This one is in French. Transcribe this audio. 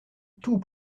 tout